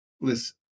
listen